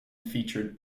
featured